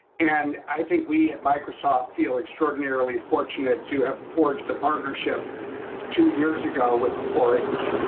and i think we at microsoft feel extraordinarily fortunate to have forged a partnership two years ago with the four h.